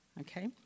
Okay